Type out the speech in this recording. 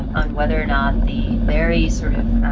on whether or not the very sort of